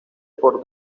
por